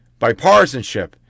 bipartisanship